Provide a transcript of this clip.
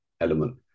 element